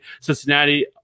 Cincinnati